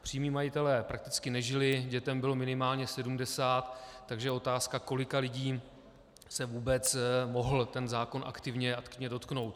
Přímí majitelé prakticky nežili, dětem bylo minimálně sedmdesát, takže je otázka, kolika lidí se mohl vůbec ten zákon aktivně dotknout.